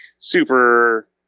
super